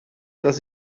dass